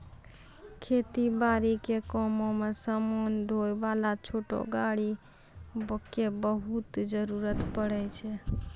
खेती बारी के कामों मॅ समान ढोय वाला छोटो गाड़ी के बहुत जरूरत पड़ै छै